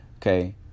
Okay